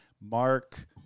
mark